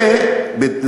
לא רק.